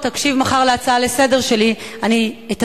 תקשיב מחר להצעה לסדר-היום שלי,